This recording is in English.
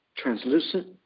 translucent